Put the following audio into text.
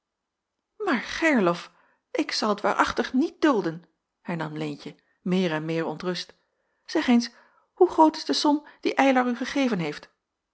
maar gerlof ik zal t waarachtig niet dulden hernam leentje meer en meer ontrust zeg eens hoe groot is de som die eylar u gegeven heeft